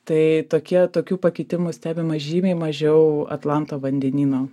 tai tokie tokių pakitimų stebima žymiai mažiau atlanto vandenyno